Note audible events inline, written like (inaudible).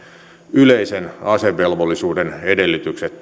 yleisen asevelvollisuuden edellytykset (unintelligible)